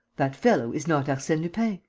that fellow is not arsene lupin?